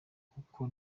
kuko